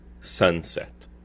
sunset